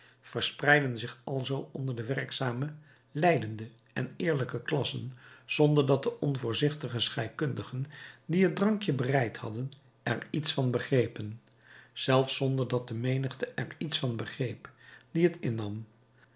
verspreidden zich alzoo onder de werkzame lijdende en eerlijke klassen zonder dat de onvoorzichtige scheikundigen die het drankje bereid hadden er iets van begrepen zelfs zonder dat de menigte er iets van begreep die het innam